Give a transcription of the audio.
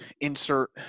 insert